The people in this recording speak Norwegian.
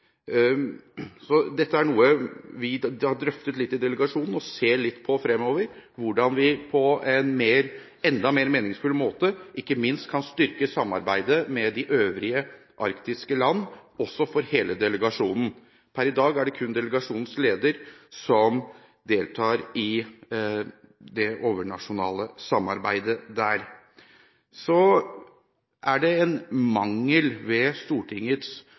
Dette er noe vi har drøftet litt i delegasjonen, og som vi vil se litt på fremover, hvordan vi på en enda mer meningsfull måte kan – ikke minst – styrke samarbeidet med de øvrige arktiske land, også for hele delegasjonen. Per i dag er det kun delegasjonens leder som deltar i det overnasjonale samarbeidet der. Det er en mangel ved Stortingets